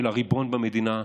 של הריבון במדינה,